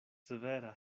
severa